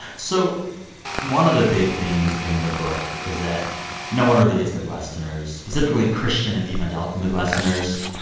so one of the big themes in the book is that no one really gets midwesterners, specifically christian and evangelical midwesterners.